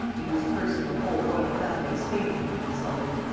in whose person the whole royal family of spain had been insulted,